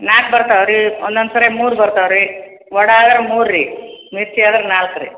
ನಾಲ್ಕು ಬರ್ತವೆ ರೀ ಒಂದೊಂದು ಸರಿ ಮೂರು ಬರ್ತವೆ ರೀ ವಡ ಆದ್ರ ಮೂರು ರೀ ಮಿರ್ಚಿ ಆದ್ರ ನಾಕು ರೀ